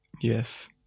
Yes